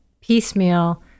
piecemeal